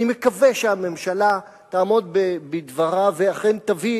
אני מקווה שהממשלה תעמוד בדיבורה ואכן תביא